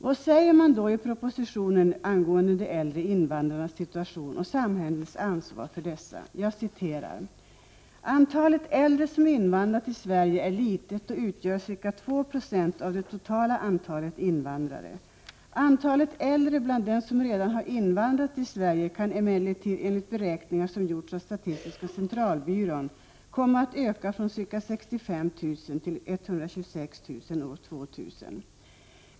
Vad säger man då i propositionen angående de äldre invandrarnas situation och samhällets ansvar för dessa? I propositionen anför statsrådet: |” Antalet äldre som invandrar till Sverige är litet och utgör ca två 96 av det totala antalet invandrare. Antalet äldre bland dem som redan har invandrat till Sverige kan emellertid, enligt beräkningar som gjorts av statistiska centralbyrån, komma att öka från ca 65 000 år 1985 till ca 126 000 år 2000.